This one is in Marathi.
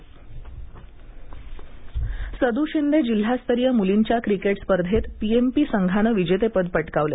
क्रिकेट सदू शिंदे जिल्हास्तरीय मुलींच्या क्रिकेट स्पर्धेत पी एम पी संघाने विजेतेपद पटकावले